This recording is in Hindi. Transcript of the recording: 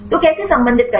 तो कैसे संबंधित करें